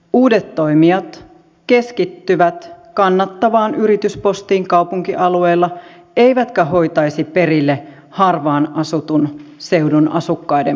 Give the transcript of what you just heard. uudet toimijat keskittyvät kannattavaan yrityspostiin kaupunkialueilla eivätkä hoitaisi perille harvaan asutun seudun asukkaiden posteja